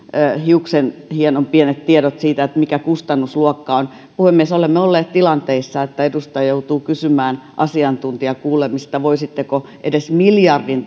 hiuksenhienon pienet tiedot siitä mikä kustannusluokka on puhemies olemme olleet tilanteissa että edustaja joutuu kysymään asiantuntijakuulemisessa että voisitteko edes miljardin